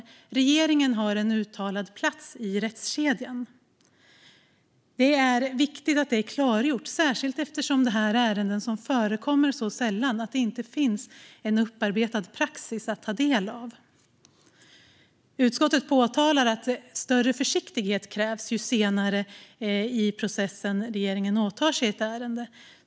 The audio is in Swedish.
Regeringen har en uttalad plats i rättskedjan. Det är viktigt att det är klargjort, särskilt eftersom det här är ärenden som förekommer så sällan att det inte finns någon upparbetad praxis att ta del av. Utskottet påpekar att större försiktighet krävs ju senare i processen regeringen åtar sig ett ärende.